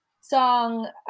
song